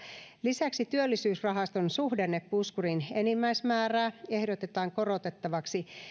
lisäksi työllisyysrahaston suhdannepuskurin enimmäismäärää ehdotetaan korotettavaksi